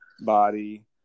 body